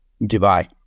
Dubai